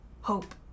hope